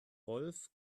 rolf